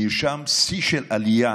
נרשם שיא של עלייה